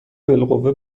بالقوه